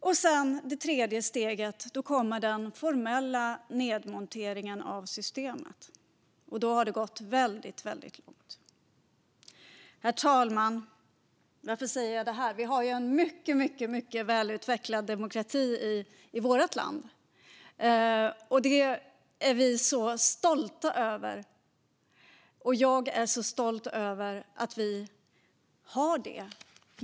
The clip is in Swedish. I det sista steget kommer den formella nedmonteringen av systemet. Då har det gått väldigt långt. Herr talman! Varför säger jag detta? Vi har ju en mycket välutvecklad demokrati i vårt land, och det är vi alla så stolta över.